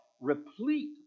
replete